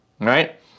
right